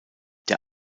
der